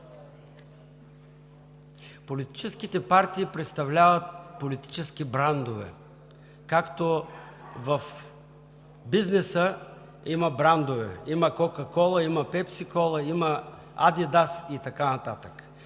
Политическите партии, господин Симов, представляват политически брандове, както в бизнеса има брандове. Има „Кока- Кола“, има „Пепси Кола“, има „Адидас“ и така нататък.